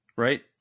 Right